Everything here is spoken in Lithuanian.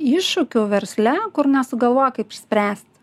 iššūkių versle kur nesugalvoja kaip išspręst